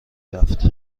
رفت